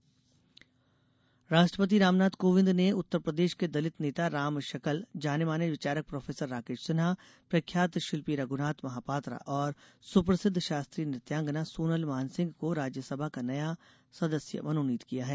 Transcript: रास सदस्य राष्ट्रपति रामनाथ कोविन्द ने उत्तरप्रदेश के दलित नेता राम शकल जाने माने विचारक प्रोफेसर राकेश सिन्हा प्रख्यात शिल्पी रघुनाथ महापात्रा और सुप्रसिद्ध शास्त्रीय नृत्यांगना सोनल मानसिंह को राज्यसभा का नया सदस्य मनोनीत किया है